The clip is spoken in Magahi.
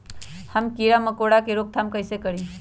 हम किरा मकोरा के रोक थाम कईसे करी?